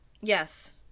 Yes